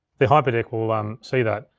the hyperdeck will will um see that.